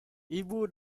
ibu